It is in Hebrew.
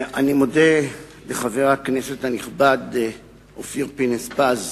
אני מודה לחבר הכנסת הנכבד אופיר פינס-פז